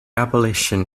abolition